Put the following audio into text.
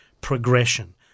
progression